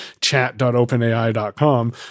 chat.openai.com